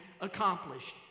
accomplished